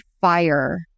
fire